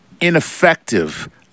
ineffective